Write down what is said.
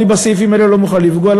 אני בסעיפים האלה לא מוכן לפגוע.